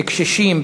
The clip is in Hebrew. בקשישים,